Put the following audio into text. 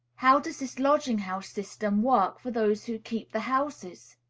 how does this lodging-house system work for those who keep the houses?